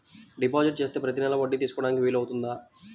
Deposit చేస్తే ప్రతి నెల వడ్డీ తీసుకోవడానికి వీలు అవుతుందా?